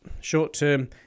short-term